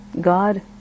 God